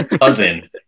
cousin